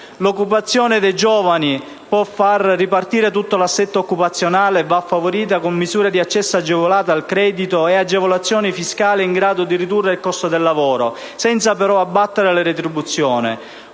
L'occupazione dei giovani può far ripartire tutto l'assetto occupazionale e va favorita con misure di accesso agevolato al credito e facilitazioni fiscali in grado di ridurre il costo del lavoro, senza però abbattere le retribuzioni.